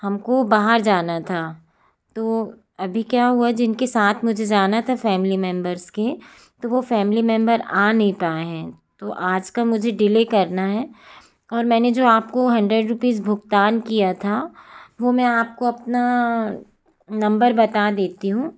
हमको बाहर जाना था तो अभी क्या हुआ जिनके साथ मुझे जाना था फैमिली मेम्बर्स के तो वो फैमिली मेम्बर आ नहीं पाए हैं तो आज का मुझे डिलै करना है और मैंने जो आपको हंड्रेड रुपीस भुगतान किया था वो मैं आपको अपना नंबर बता देती हूँ